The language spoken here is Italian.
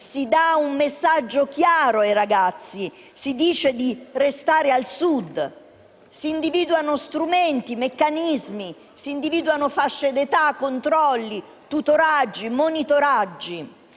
si dà un messaggio chiaro ai ragazzi e si dice loro di restare al Sud, si individuano strumenti e meccanismi, si individuano fasce di età, controlli, tutoraggi, monitoraggi,